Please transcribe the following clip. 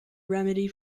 remedy